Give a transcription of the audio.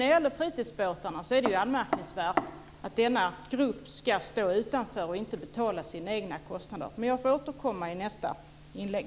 Det är anmärkningsvärt att t.ex. fritidsbåtarna ska stå utanför och inte betala sina egna kostnader. Jag får återkomma i nästa inlägg.